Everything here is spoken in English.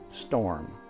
Storm